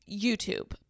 YouTube